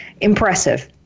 Impressive